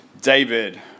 David